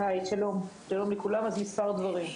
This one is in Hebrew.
שלום לכולם, מספר דברים.